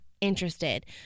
interested